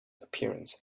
appearance